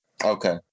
Okay